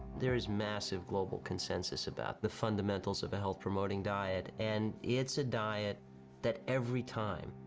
there is massive global consensus about the fundamentals of a health promoting diet and it's a diet that every time,